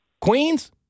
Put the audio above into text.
Queens